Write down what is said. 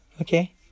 Okay